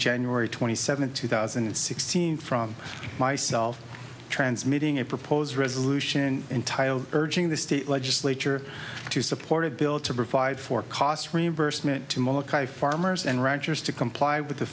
january twenty seventh two thousand and sixteen from myself transmitting a proposed resolution entitled urging the state legislature to support of bill to provide for cost reimbursement to molokai farmers and ranchers to comply with the